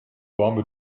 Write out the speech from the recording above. warme